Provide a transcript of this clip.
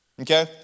Okay